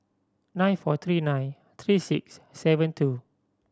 nine four three nine three six seven two